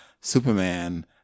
Superman